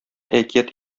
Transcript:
әкият